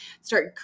start